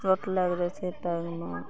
चोट लागि जाइत छै पएरमे